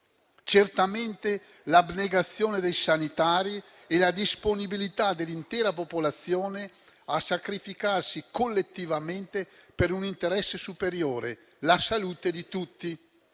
Certamente l'abnegazione dei sanitari e la disponibilità dell'intera popolazione a sacrificarsi collettivamente per un interesse superiore: la salute di tutti.